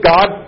God